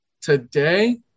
Today